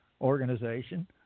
Organization